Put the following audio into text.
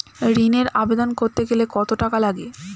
ঋণের আবেদন করতে গেলে কত টাকা লাগে?